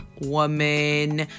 woman